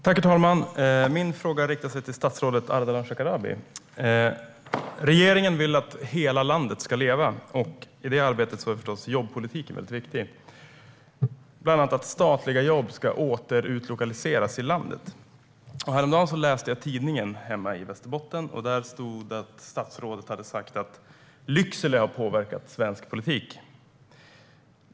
Herr talman! Min fråga riktar sig till statsrådet Ardalan Shekarabi. Regeringen vill att hela landet ska leva - i detta arbete är förstås jobbpolitiken mycket viktig - och att bland annat statliga jobb ska återutlokaliseras i landet. Häromdagen läste jag tidningen hemma i Västerbotten. Där stod det att statsrådet hade sagt att Lycksele har påverkat svensk politik.